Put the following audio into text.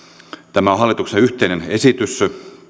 tämä on hallituksen yhteinen esitys